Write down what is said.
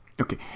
Okay